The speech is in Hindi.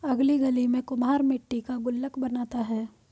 अगली गली में कुम्हार मट्टी का गुल्लक बनाता है